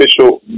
official